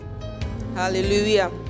Hallelujah